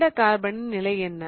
இந்த கார்பனின் நிலை என்ன